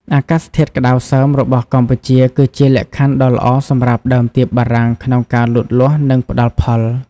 អាកាសធាតុក្តៅសើមរបស់កម្ពុជាគឺជាលក្ខខណ្ឌដ៏ល្អសម្រាប់ដើមទៀបបារាំងក្នុងការលូតលាស់ និងផ្តល់ផល។